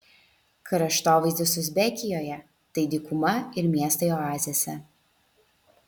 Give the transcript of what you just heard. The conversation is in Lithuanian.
kraštovaizdis uzbekijoje tai dykuma ir miestai oazėse